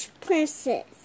princess